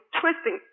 twisting